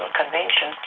convention